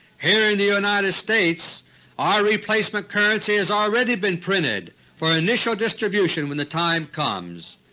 here in the united states our replacement currency has already been printed for initial distribution when the time comes.